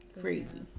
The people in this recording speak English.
Crazy